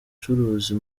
bucuruzi